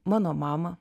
mano mamą